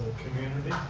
community.